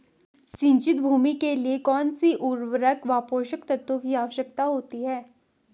सिंचित भूमि के लिए कौन सी उर्वरक व पोषक तत्वों की आवश्यकता होती है?